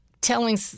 telling